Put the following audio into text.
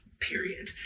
period